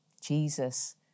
Jesus